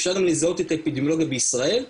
אפשר גם לזהות את האפידמיולוגיה בישראל,